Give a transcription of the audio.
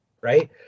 right